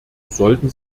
sollten